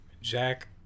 jack